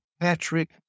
Patrick